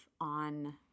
on